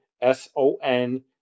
S-O-N